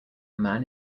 man